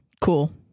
cool